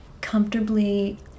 comfortably